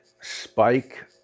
spike